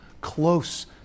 close